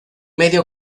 medio